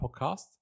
Podcast